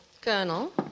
Colonel